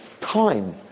time